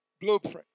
blueprint